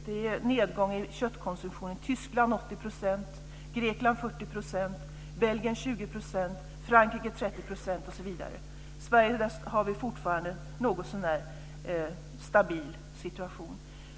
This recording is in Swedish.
Det är en nedgång i köttkonsumtionen i Tyskland med 80 %, i Grekland med 40 %, i Belgien med 20 %, i Frankrike med 30 % osv. I Sverige har vi fortfarande en någotsånär stabil situation.